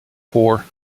four